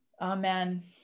Amen